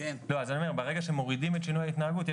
ברגע שמורידים את שינוי ההתנהגות,